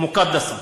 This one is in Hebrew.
הארץ הזאת קדושה